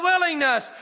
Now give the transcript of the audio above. willingness